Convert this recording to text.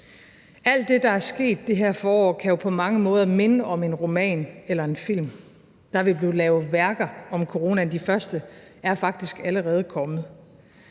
Alt det, der er sket i det her forår, kan jo på mange måder minde om en roman eller en film. Der vil blive lavet værker om coronaen. De første er faktisk allerede kommet.